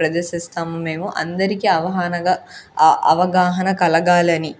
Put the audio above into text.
ప్రదర్శిస్తాము మేము అందరికీ అవహానగ అవగాహన కలగాలని